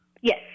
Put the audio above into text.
Yes